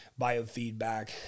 biofeedback